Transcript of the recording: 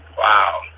Wow